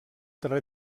darrer